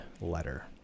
letter